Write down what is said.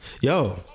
Yo